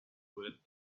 bullet